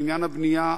על עניין הבנייה,